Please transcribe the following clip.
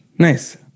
Nice